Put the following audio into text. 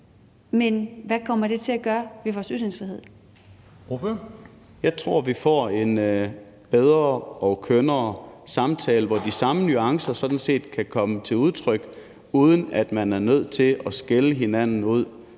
Ordføreren. Kl. 14:00 Malte Larsen (S): Jeg tror, at vi får en bedre og kønnere samtale, hvor de samme nuancer sådan set kan komme til udtryk, uden at man er nødt til at skælde hinanden ud,